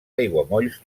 aiguamolls